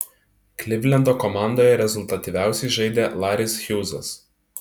klivlendo komandoje rezultatyviausiai žaidė laris hjūzas